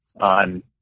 on